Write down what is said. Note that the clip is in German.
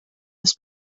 ist